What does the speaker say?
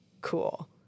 cool